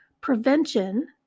prevention